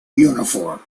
uniform